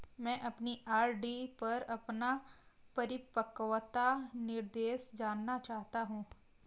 मैं अपनी आर.डी पर अपना परिपक्वता निर्देश जानना चाहता हूँ